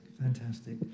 fantastic